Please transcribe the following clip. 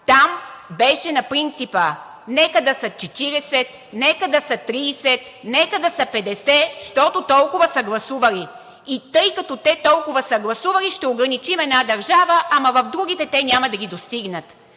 Там беше на принципа: нека да са 40, нека да са 30, нека да са 50, защото толкова са гласували, тъй като толкова са гласували, ще ограничим една държава, ама в другите те няма да ги достигнат.